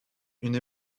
une